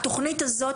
את התכנית הזאת,